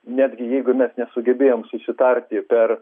netgi jeigu mes nesugebėjom susitarti per